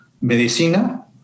medicina